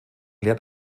lehrt